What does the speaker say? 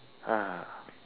uh